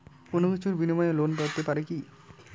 কোনো কিছুর বিনিময়ে লোন পেতে পারি কি?